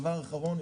דבר אחרון.